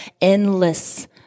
endless